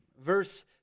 Verse